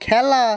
খেলা